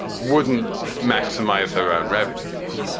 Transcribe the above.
wouldn't maximize her own revenues.